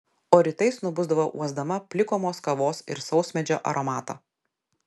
o rytais nubusdavau uosdama plikomos kavos ir sausmedžio aromatą